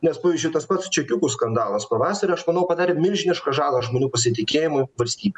nes pavyzdžiui tas pats čekiukų skandalas pavasarį aš manau padarė milžinišką žalą žmonių pasitikėjimui valstybe